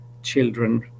children